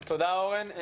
תודה, אורן.